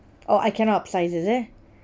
oh I cannot upsize is it